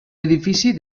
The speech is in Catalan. edifici